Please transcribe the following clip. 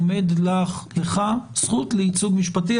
עומדת לכם זכות לייצוג משפטי,